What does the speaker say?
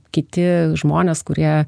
kiti žmonėsm kurie